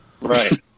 Right